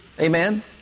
Amen